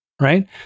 right